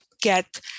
get